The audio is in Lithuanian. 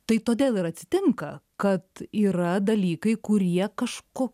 tai todėl ir atsitinka kad yra dalykai kurie kažko